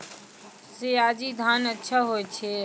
सयाजी धान अच्छा होय छै?